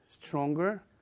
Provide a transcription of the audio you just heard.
stronger